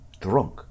drunk